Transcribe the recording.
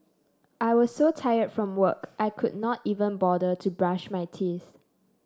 I was so tired from work I could not even bother to brush my teeth